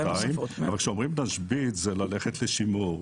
כשאומרים "נשבית" זה ללכת לשימור.